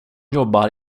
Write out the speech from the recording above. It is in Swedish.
jobbar